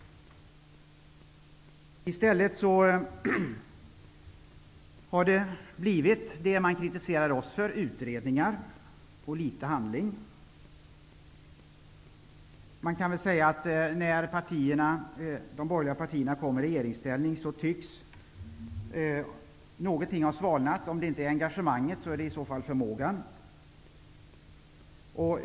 I stället har det blivit vad vi socialdemokrater tidigare kritiserades för, dvs. utredningar och litet handling. När de borgerliga partierna kom i regeringsställning tycks något ha svalnat. Om det inte är engagemanget är det i så fall förmågan.